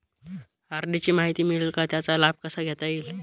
RD ची माहिती मिळेल का, त्याचा लाभ कसा घेता येईल?